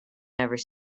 never